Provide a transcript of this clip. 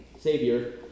savior